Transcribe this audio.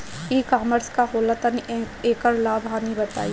ई कॉमर्स का होला तनि एकर लाभ हानि बताई?